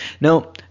Now